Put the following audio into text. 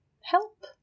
help